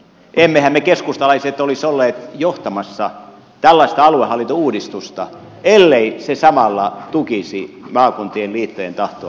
emmehän me keskustalaiset olisi olleet johtamassa tällaista aluehallintouudistusta ellei se samalla tukisi maakuntien liittojen tahtoa